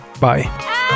Bye